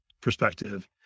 perspective